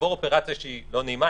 לעבור אופרציה לא נעימה,